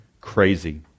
crazy